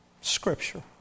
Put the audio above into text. Scripture